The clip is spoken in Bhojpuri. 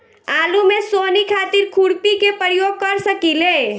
आलू में सोहनी खातिर खुरपी के प्रयोग कर सकीले?